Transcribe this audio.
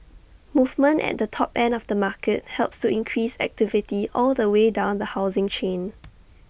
movement at the top end of the market helps to increase activity all the way down the housing chain